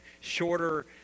shorter